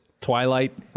Twilight